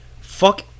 Fuck